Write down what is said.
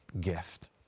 gift